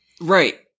Right